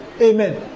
Amen